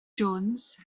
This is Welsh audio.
jones